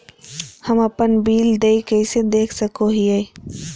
हम अपन बिल देय कैसे देख सको हियै?